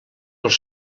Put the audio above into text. els